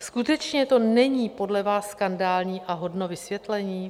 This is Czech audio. Skutečně to není podle vás skandální a hodno vysvětlení?